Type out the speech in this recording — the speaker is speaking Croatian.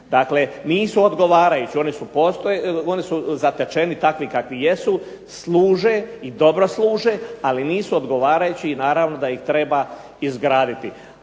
Dakle nisu odgovarajući, oni su zatečeni takvi kakvi jesu, služe i dobro služe, ali nisu odgovarajući i naravno da ih treba izgraditi.